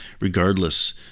regardless